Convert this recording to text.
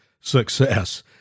success